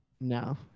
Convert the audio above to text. no